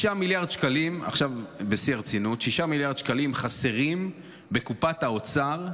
עכשיו בשיא הרצינות: 6 מיליארד שקלים חסרים בקופת האוצר,